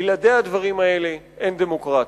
בלעדי הדברים האלה אין דמוקרטיה.